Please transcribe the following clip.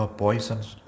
poisons